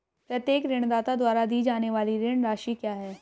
प्रत्येक ऋणदाता द्वारा दी जाने वाली ऋण राशि क्या है?